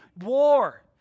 war